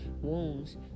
wounds